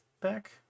back